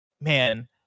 man